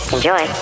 Enjoy